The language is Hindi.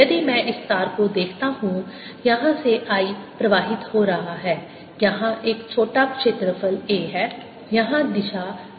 यदि मैं इस तार को देखता हूं यहां से I प्रवाहित हो रहा है यहां एक छोटा क्षेत्रफल A है यहां दिशा dl है